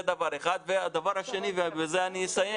דבר שני, ובזה אסיים